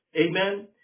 Amen